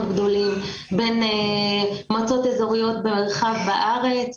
גדולים בין מועצות אזוריות במרחב בארץ.